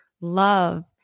love